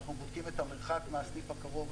אנחנו בודקים את המרחק מהסניף הקרוב.